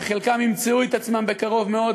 וחלקם ימצאו את עצמם בקרוב מאוד,